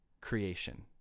creation